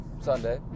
Sunday